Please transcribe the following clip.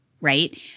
right